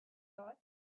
thought